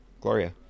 Gloria